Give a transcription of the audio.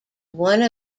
one